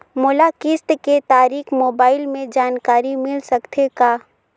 मोला किस्त के तारिक मोबाइल मे जानकारी मिल सकथे का?